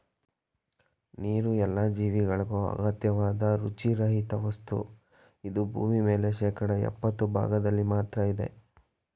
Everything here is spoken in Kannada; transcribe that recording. ನೀರುಎಲ್ಲ ಜೀವಿಗೆ ಅಗತ್ಯವಾದ್ ರುಚಿ ರಹಿತವಸ್ತು ಇದು ಭೂಮಿಮೇಲೆ ಶೇಕಡಾ ಯಪ್ಪತ್ತು ಭಾಗ್ದಲ್ಲಿ ಮಾತ್ರ ಇದೆ